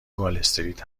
والاستریت